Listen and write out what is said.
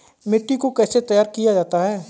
मिट्टी को कैसे तैयार किया जाता है?